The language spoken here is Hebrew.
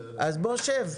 בוא ותשב,